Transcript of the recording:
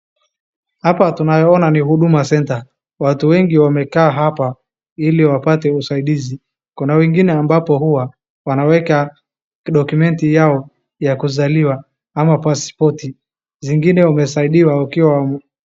Hapa tunayeona ni Huduma center watu wengi wamekaa hapa ili wapate usaidizi. Kuna wengine ambapo hua wanaweka document yao ya kuzaliwa ama pasipoti. Zingine wamesaidiwa wakiwa.